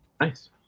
Nice